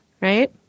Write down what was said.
right